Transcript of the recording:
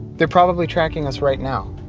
they're probably tracking us right now.